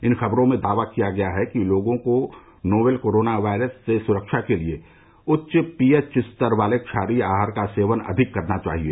इन खबरों में दावा किया गया है कि लोगों को नोवेल कोरोना वायरस से सुरक्षा के लिए उच्च पीएच स्तर वाले क्षारीय आहार का सेवन अधिक करना चाहिए